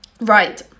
Right